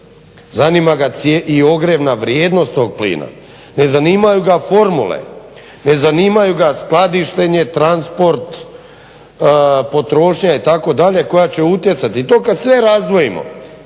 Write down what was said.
Zanima ga i ogrjevna vrijednost tog plina. Ne zanimaju ga formule, ne zanimaju ga skladištenje, transport, potrošnja itd. koja će utjecati. I to kad sve razdvojimo